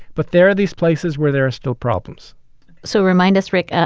but there are these places where there are still problems so remind us, rick, ah